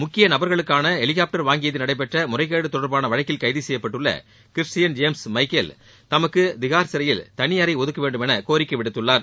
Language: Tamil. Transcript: முக்கிய நபர்களுக்கான ஹெலிகாப்டர் வாங்கியதில் நடைபெற்ற முறைகேடு தொடர்பான வழக்கில் கைது செய்யப்பட்டுள்ள கிறிஸ்டியன் ஜேம்ஸ் எமக்கேல் தமக்கு திகார் சிறையில் தனி அறை ஒதுக்கவேண்டும் என்று கோரிக்கை விடுத்துள்ளார்